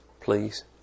please